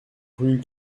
rue